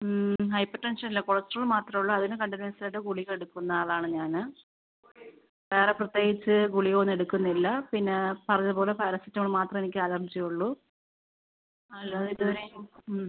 hypertension ഇല്ല cholesterol മാത്രമേ ഉള്ളൂ അതിന് കണ്ടിന്യൂസ് ആയിട്ട് ഗുളിക എടുക്കുന്ന ആളാണ് ഞാൻ വേറെ പ്രത്യേകിച്ച് ഗുളിക ഒന്നും എടുക്കുന്നില്ല പിന്നെ പറഞ്ഞത് പോലെ പാരസെറ്റമോൾ മാത്രം എനിക്ക് അലർജി ഉള്ളൂ അല്ലാതെ ഇതുവരെ